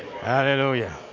hallelujah